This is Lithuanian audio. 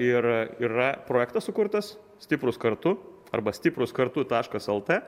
ir yra projektas sukurtas stiprūs kartu arba stiprūs kartu taškas lt